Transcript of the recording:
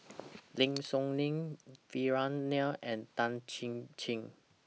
Lim Soo Ngee Vikram Nair and Tan Chin Chin